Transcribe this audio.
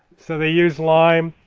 so they used lime,